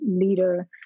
leader